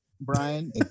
Brian